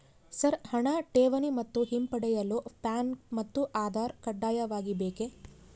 Sir ಹಣ ಠೇವಣಿ ಮತ್ತು ಹಿಂಪಡೆಯಲು ಪ್ಯಾನ್ ಮತ್ತು ಆಧಾರ್ ಕಡ್ಡಾಯವಾಗಿ ಬೇಕೆ?